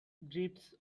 drifts